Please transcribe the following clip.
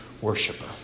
worshiper